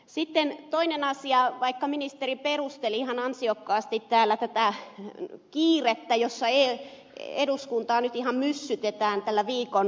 sitten toinen asia vaikka ministeri perusteli ihan ansiokkaasti täällä tätä kiirettä jolla eduskuntaa nyt ihan myssytetään tällä viikon ajalla